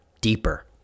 deeper